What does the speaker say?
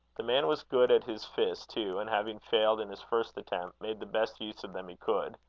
the man was good at his fists too, and, having failed in his first attempt, made the best use of them he could.